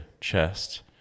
chest